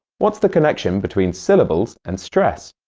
what's the connection between syllables and stress?